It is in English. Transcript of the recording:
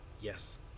yes